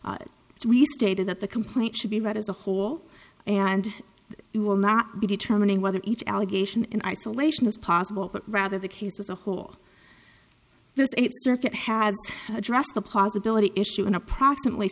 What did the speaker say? as we stated that the complaint should be read as a whole and we will not be determining whether each allegation in isolation is possible but rather the case as a whole this circuit had addressed the possibility issue in approximately